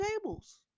tables